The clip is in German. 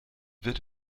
wird